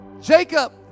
Jacob